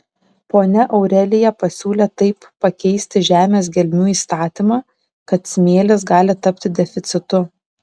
ponia aurelija pasiūlė taip pakeisti žemės gelmių įstatymą kad smėlis gali tapti deficitu